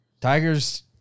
Tigers